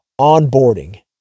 onboarding